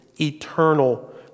eternal